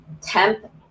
temp